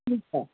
ठीकु आहे